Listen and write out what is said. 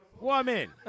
Woman